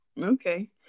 Okay